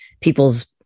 people's